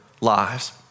lives